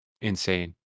Insane